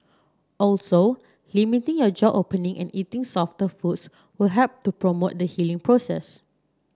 also limiting your jaw opening and eating softer foods will help to promote the healing process